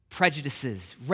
Prejudices